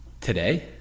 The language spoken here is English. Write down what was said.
Today